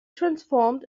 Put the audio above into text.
transformed